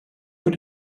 put